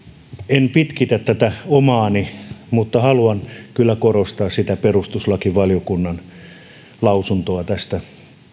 en pitkitä tätä omaani mutta haluan kyllä korostaa perustuslakivaliokunnan lausuntoa tästä